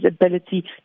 ability